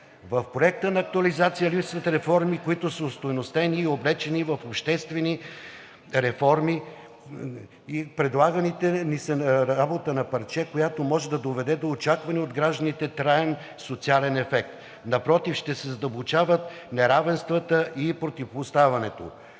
В Проекта на актуализация липсват реформи, които са остойностени и облечени в обществени реформи, предлага ни се работа на парче, която може да доведе до очаквания от гражданите траен социален ефект. Напротив, ще се задълбочават неравенствата и противопоставянето.